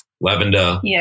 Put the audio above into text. lavender